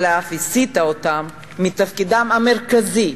אלא אף הסיטה אותם מתפקידם המרכזי